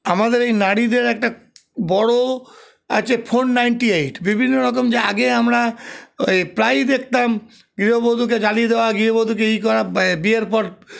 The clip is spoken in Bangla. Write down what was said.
আমাদের এই নারীদের একটা বড়ো আছে ফোর নাইন্টি এইট বিভিন্ন রকম যে আগে আমরা ওই প্রায়ই দেখতাম গৃহবধূকে জ্বালিয়ে দেওয়া গৃহবধূকে এই করা বিয়ের পর